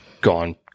gone